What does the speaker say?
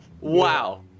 Wow